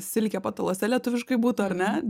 silkė pataluose lietuviškai būtų ar ne